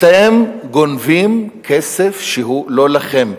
אתם גונבים כסף שהוא לא לכם.